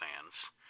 fans